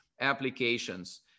applications